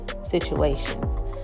situations